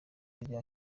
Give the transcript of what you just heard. rya